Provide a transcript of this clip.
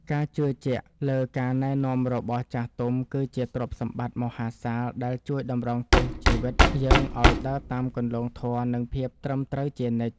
ការជឿជាក់លើការណែនាំរបស់ចាស់ទុំ គឺជាទ្រព្យសម្បត្តិមហាសាលដែលជួយតម្រង់ទិសជីវិតយើងឱ្យដើរតាមគន្លងធម៌ និងភាពត្រឹមត្រូវជានិច្ច។